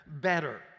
better